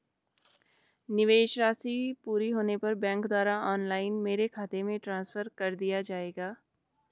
निवेश राशि पूरी होने पर बैंक द्वारा ऑनलाइन मेरे खाते में ट्रांसफर कर दिया जाएगा?